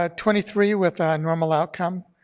ah twenty three with normal outcome,